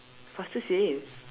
faster say